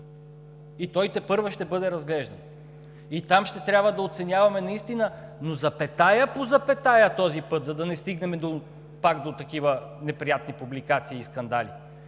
и той тепърва ще бъде разглеждан. И там ще трябва да оценяваме наистина, но запетая по запетая този път, за да не стигнем пак до такива неприятни публикации и скандали,